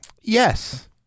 Yes